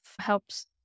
helps